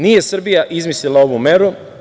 Nije Srbija izmislila ovu meru.